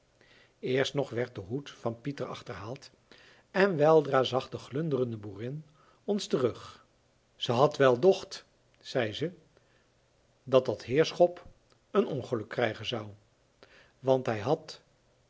eerst nog werd de hoed van pieter achterhaald en weldra zag de glundere boerin ons terug ze had wel docht zei ze dat dat heerschop een ongeluk krijgen zou want hij had